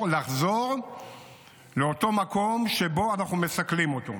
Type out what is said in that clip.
לחזור לאותו מקום שבו אנחנו מסכלים אותו.